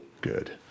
good